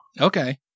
Okay